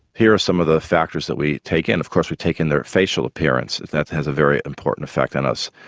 here are some of the factors that we take in of course we take in their facial appearance that has a very important effect on us.